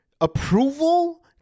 approval